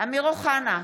אמיר אוחנה,